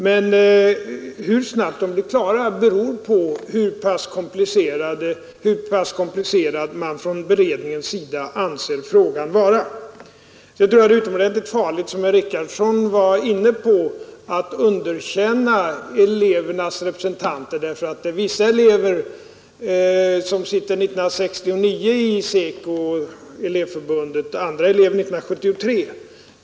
Men hur snabbt arbetet blir klart beror på hur pass komplicerad man från beredningens sida anser frågan vara. Jag tror det är utomordentligt farligt att, som herr Richardson var inne på, underkänna elevernas representanter därför att det är vissa elever som 1969 sitter i SECO och elevförbundet och andra elever 1973.